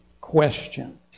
questions